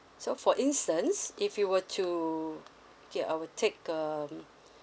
so for instance if you were to okay I will take um